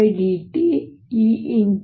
em S